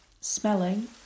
smelling